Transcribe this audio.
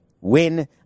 win